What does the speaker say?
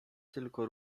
tylko